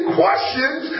questions